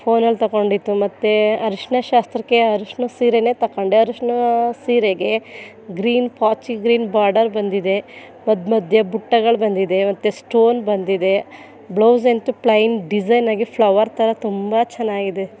ಫೋನಲ್ಲಿ ತಗೊಂಡಿತ್ತು ಮತ್ತೆ ಅರಶಿನ ಶಾಸ್ತ್ರಕ್ಕೆ ಅರ್ಷ್ಣದ ಸೀರೆನೇ ತಗೊಂಡೆ ಅರಶಿನ ಸೀರೆಗೆ ಗ್ರೀನ್ ಪಾಚಿ ಗ್ರೀನ್ ಬಾರ್ಡರ್ ಬಂದಿದೆ ಮದ್ದು ಮಧ್ಯ ಬುಟ್ಟಿಗಳು ಬಂದಿದೆ ಮತ್ತೆ ಸ್ಟೋನ್ ಬಂದಿದೆ ಬ್ಲೌಸಂತು ಪ್ಲೈನ್ ಡಿಸೈನಾಗಿ ಫ್ಲವರ್ ಥರ ತುಂಬ ಚೆನ್ನಾಗಿದೆ